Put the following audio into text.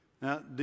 Now